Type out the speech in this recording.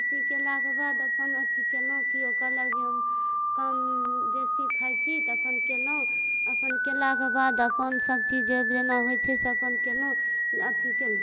सबचीज कएलाक बाद अपन अथी कएलहुँ केओ कहलक जे हम कम बेसी खाइ छी तऽ अपन कएलहुँ अपन कएलाक बाद अपन सबचीज जे जेना होइ छै से अपन कएलहुँ अथी कएलहुँ